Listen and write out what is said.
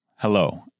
Hello